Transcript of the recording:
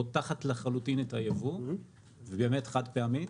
פותחת לחלוטין את היבוא ובאמת חד פעמית